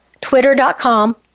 twitter.com